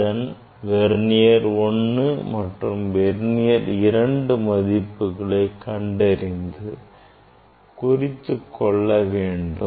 அதன் வெர்னியர் 1 மற்றும் 2 மதிப்புகளை கண்டறிந்து குறித்துக் கொள்ள வேண்டும்